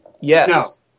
Yes